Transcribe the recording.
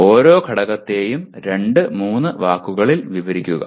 ഓരോ ഘടകത്തെയും രണ്ട് മൂന്ന് വാക്കുകളിൽ വിവരിക്കുക